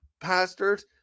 pastors